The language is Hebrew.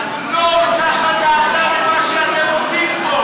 לא נחה דעתם ממה שאתם עושים פה,